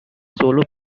solo